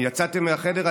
אם יצאתם מהחדר,